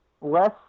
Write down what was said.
less